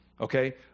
Okay